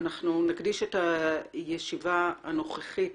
אנחנו נקדיש את הישיבה הנוכחית